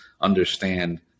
understand